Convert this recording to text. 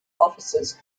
officers